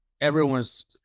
everyone's